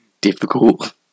Difficult